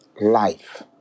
life